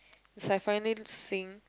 it's like finally seeing